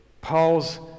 Paul's